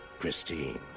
Christine